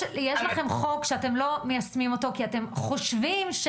יש לכם חוק שאתם לא מיישמים אותו כי אתם חושבים ש